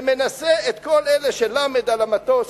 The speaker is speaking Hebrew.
שמנסה את כל אלה של "ל" על המטוס,